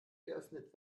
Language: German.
geöffnet